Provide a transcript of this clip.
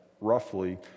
roughly